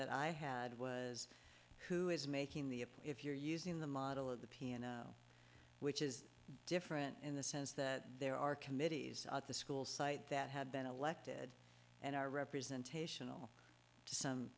that i had was who is making the if you're using the model of the piano which is different in the sense that there are committees at the school site that have been elected and our representation